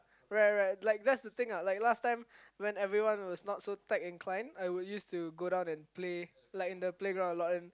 right right like there's the thing ah I like last time when everyone was not so tech inclined I would use to go down and play like in the playground a lot and